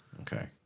Okay